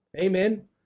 Amen